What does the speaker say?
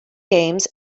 games